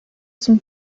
son